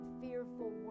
fearful